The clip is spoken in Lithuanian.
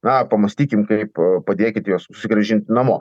na pamąstykim kaip padėkit juos susigrąžint namo